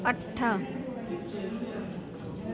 अठ